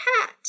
hat